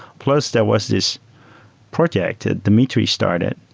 plus there was this project that dimitri started,